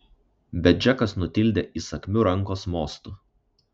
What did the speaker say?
bet džekas nutildė įsakmiu rankos mostu